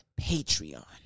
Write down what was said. Patreon